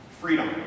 Freedom